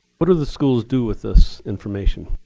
what do the schools do with this information?